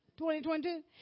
2022